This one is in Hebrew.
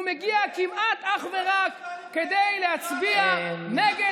הוא מגיע כמעט אך ורק כדי להצביע נגד